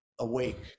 awake